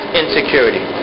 insecurity